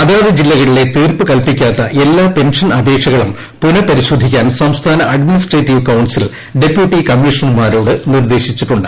അതാത് ജില്ലകളിലെ തീർപ്പു കൽപ്പിക്കാത്ത എല്ലാ പെൻഷ്ടൻ അപേക്ഷകളും പുനഃപരിശോധിക്കാൻ സംസ്ഥാന അഡ്മിനിസ്ട്രട്ട്ട്ട്ട്ട്ട്ട്ട്ട്ടീവ് കൌൺസിൽ ഡെപ്യൂട്ടി കമ്മീഷണർമാരോട് നിർദേശിച്ചിട്ടുണ്ട്